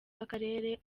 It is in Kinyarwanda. w’akarere